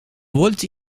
wollt